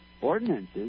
Ordinances